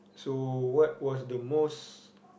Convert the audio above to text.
so what was the most